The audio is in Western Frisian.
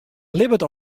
libbet